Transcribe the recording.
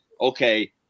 okay